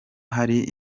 hari